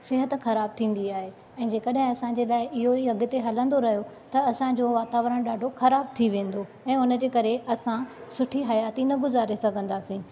सिहत ख़राब थींदी आहे ऐ जेकॾहिं असांजे लाइ इहो ई अॻिते हलंदो रहियो त असांजो वातावरण ॾाढो ख़राब थी वेंदो ऐ हुन जे करे असां सुठी हयाती न गुज़ारे सघंदासीं